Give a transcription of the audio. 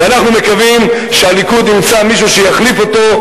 אנחנו מקווים שהליכוד ימצא מישהו שיחליף אותו,